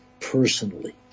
personally